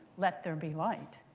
let there be light.